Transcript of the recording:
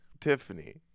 Tiffany